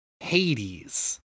Hades